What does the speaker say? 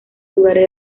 lugares